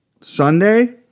Sunday